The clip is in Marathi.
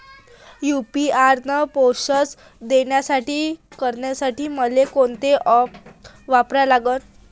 यू.पी.आय न पैशाचं देणंघेणं करासाठी मले कोनते ॲप वापरा लागन?